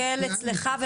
להסתכל אצלך?